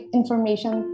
information